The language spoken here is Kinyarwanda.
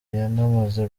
yanamaze